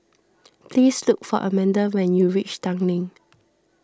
please look for Amanda when you reach Tanglin